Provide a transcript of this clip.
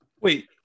Wait